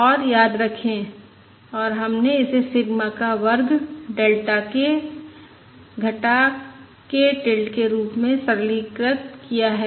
और याद रखें और हमने इसे सिग्मा का वर्ग delta k minus k tilde के रूप में सरलीकृत किया है